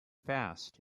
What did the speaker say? fast